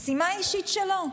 הם משימה אישית שלו.